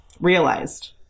realized